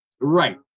right